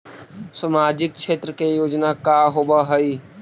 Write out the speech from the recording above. सामाजिक क्षेत्र के योजना का होव हइ?